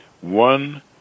one